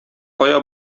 кая